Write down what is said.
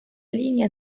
línea